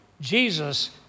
Jesus